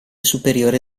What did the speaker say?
superiore